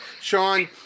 Sean